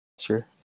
Sure